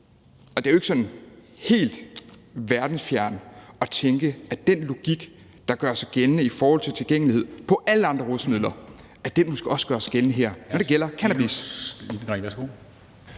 og det er jo ikke sådan helt verdensfjernt at tænke, at den logik, der gør sig gældende i forhold til tilgængelighed af alle andre rusmidler, måske også gør sig gældende her, når det gælder cannabis.